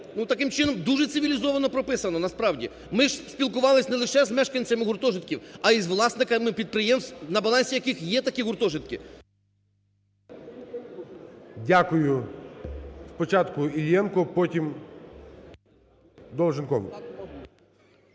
таким чином, дуже цивілізовано прописано насправді. Ми ж спілкувалися не лише з мешканцями гуртожитків, а із власниками підприємств, на балансі яких є такі гуртожитки. ГОЛОВУЮЧИЙ. Дякую. Спочатку Іллєнко, потім Долженков.